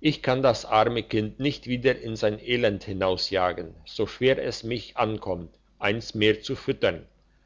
ich kann das arme kind nicht wieder in sein elend hinausjagen so schwer es mich ankommt eins mehr zu füttern